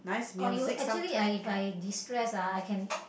oh you actually I If I destress ah I can